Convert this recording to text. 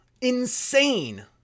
insane